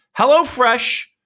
HelloFresh